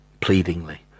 pleadingly